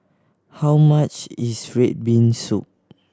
how much is red bean soup